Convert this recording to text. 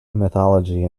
mythology